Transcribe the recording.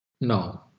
No